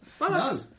No